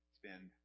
spend